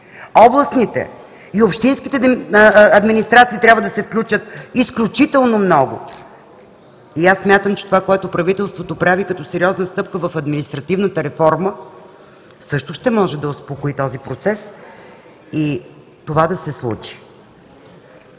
Областните и общинските администрации трябва да се включат изключително много. И аз смятам, че това, което правителството прави като сериозна стъпка в административната реформа, също ще може да успокои този процес и това да се случи.